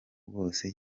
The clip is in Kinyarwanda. bwose